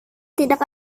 tidak